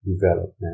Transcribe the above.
development